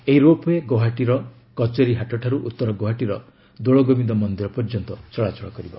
ଏହି ropeway ଗୌହାଟୀର କଚରୀ ହାଟଠାରୁ ଉତ୍ତର ଗୌହାଟୀର ଦୋଳଗୋବିନ୍ଦ ମନ୍ଦିର ପର୍ଯ୍ୟନ୍ତ ଚଳାଚଳ କରିବ